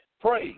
pray